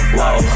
Whoa